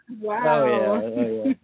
wow